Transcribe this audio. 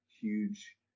huge